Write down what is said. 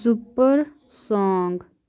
super song